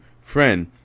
friend